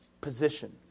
position